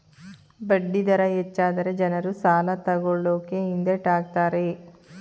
ಬಡ್ಡಿ ದರ ಹೆಚ್ಚಾದರೆ ಜನರು ಸಾಲ ತಕೊಳ್ಳಕೆ ಹಿಂದೆಟ್ ಹಾಕ್ತರೆ